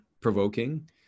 provoking